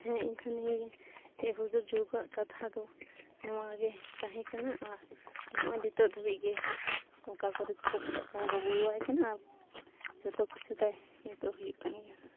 ᱦᱮᱸ ᱤᱧᱦᱚᱸ ᱱᱤᱭᱟᱹᱜᱮ ᱦᱩᱫᱩᱲ ᱫᱩᱨᱜᱟᱹᱣᱟᱜ ᱠᱟᱛᱷᱟ ᱫᱚ ᱱᱚᱣᱟᱜᱮ ᱛᱟᱦᱮᱸ ᱠᱟᱱᱟ ᱟᱨ ᱱᱚᱜᱼᱚᱭ ᱱᱤᱛᱳᱜ ᱫᱷᱟᱹᱵᱤᱡ ᱜᱮ ᱚᱠᱟ ᱠᱚᱨᱮ ᱪᱚᱠᱚ ᱵᱚᱸᱜᱟ ᱵᱩᱨᱩ ᱟᱭᱟᱭ ᱠᱟᱱᱟ ᱟᱨ ᱡᱚᱛᱚ ᱠᱤᱪᱷᱩ ᱛᱟᱭ ᱱᱤᱛᱳᱜ ᱦᱩᱭᱩᱜ ᱠᱟᱱ ᱜᱮᱭᱟ